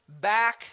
back